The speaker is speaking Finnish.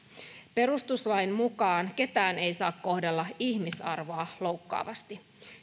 perustuslain mukaan ketään ei saa kohdella ihmisarvoa loukkaavasti